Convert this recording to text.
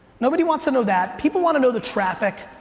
nobody wants to know that. people wanna know the traffic,